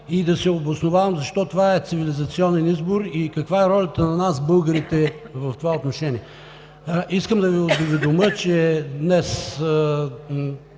и да се обосновавам защо това е цивилизационен избор и каква е ролята на нас, българите, в това отношение. Искам да Ви уведомя, че днес